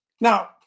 Now